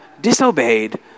disobeyed